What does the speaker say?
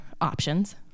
options